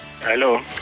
Hello